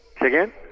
again